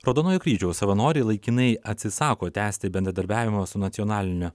raudonojo kryžiaus savanoriai laikinai atsisako tęsti bendradarbiavimą su nacionalinio